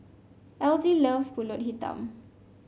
Elzie loves pulut hitam